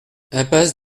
impasse